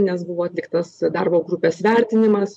nes buvo atliktas darbo grupės vertinimas